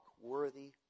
worthy